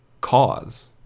cause